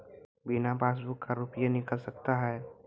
बिना पासबुक का रुपये निकल सकता हैं?